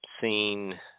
seen